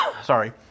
Sorry